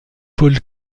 paul